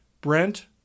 Brent